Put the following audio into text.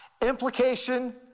Implication